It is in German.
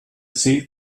see